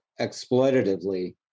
exploitatively